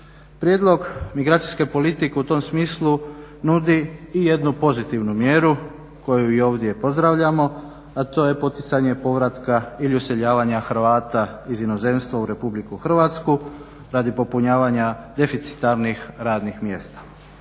Prijedlog migracijske politike u tom smislu nudi i jednu pozitivnu mjeru koju i ovdje pozdravljamo, a to je poticanje povratka ili useljavanja Hrvata iz inozemstva u RH radi popunjavanja deficitarnih radnih mjesta.